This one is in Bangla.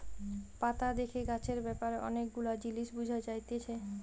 পাতা দেখে গাছের ব্যাপারে অনেক গুলা জিনিস বুঝা যাতিছে